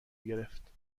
گرفت